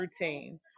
routine